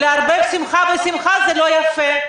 לא, לערבב שמחה בשמחה זה לא יפה.